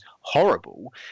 horrible